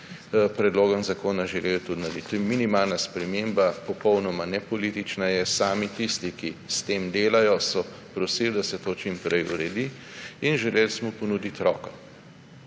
predlogom zakona želeli narediti. To je minimalna sprememba, popolnoma nepolitična je. Sami tisti, ki s tem delajo, so prosili, da se to čim prej uredi, in želeli smo ponuditi roko,